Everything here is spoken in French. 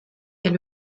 est